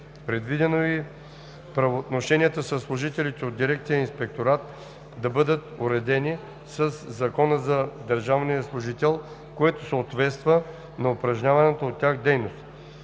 Предвидено е и правоотношенията със служителите от дирекция „Инспекторат“ да бъдат уредени със Закона за държавния служител, което съответства на упражняваната от тях дейност.